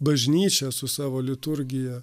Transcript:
bažnyčia su savo liturgija